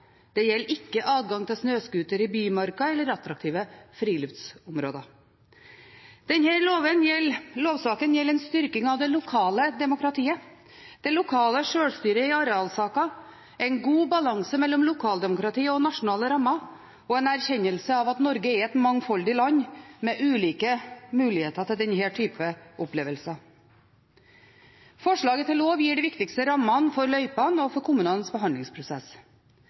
Det gjelder ikke adgang til snøscooter i bymarka eller i attraktive friluftsområder. Denne lovsaken gjelder en styrking av det lokale demokratiet, det lokale sjølstyret i arealsaker, en god balanse mellom lokaldemokrati og nasjonale rammer og en erkjennelse av at Norge er et mangfoldig land, med ulike muligheter til denne type opplevelser. Forslaget til lov gir de viktigste rammene for løypene og for kommunenes behandlingsprosess.